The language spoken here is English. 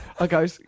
okay